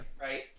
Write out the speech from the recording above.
Right